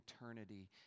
eternity